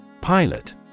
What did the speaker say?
Pilot